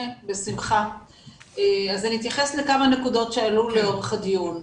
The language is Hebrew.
אני אתייחס לכמה נקודות שעלו לאורך הדיון.